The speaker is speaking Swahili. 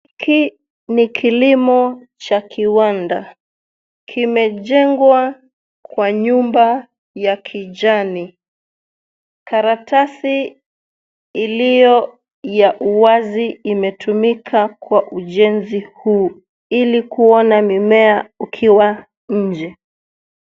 Hii ni kilimo cha kiwanda. Kimejengwa kwa nyumba ya kijani. Karatasi iliyo ya uwazi imetumika kwa ujenzi huu hili kuona mimea ukiwa nje.